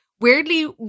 weirdly